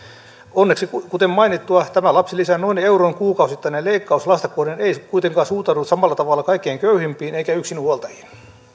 onneksi kuten mainittua tämä lapsilisän noin euron kuukausittainen leikkaus lasta kohden ei kuitenkaan suuntaudu samalla tavalla kaikkein köyhimpiin eikä yksinhuoltajiin